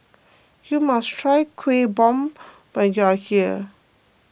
you must try Kuih Bom when you are here